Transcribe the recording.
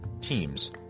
teams